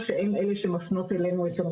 והם מתנהלים איתם